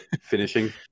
finishing